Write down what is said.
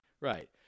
right